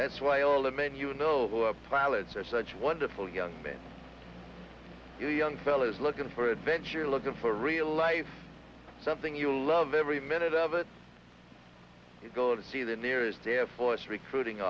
that's why all the men you know pilots are such wonderful young men you're young fellas looking for adventure looking for real life something you love every minute of it you go and see the nearest air force recruiting